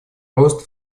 рост